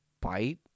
bite